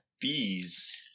bees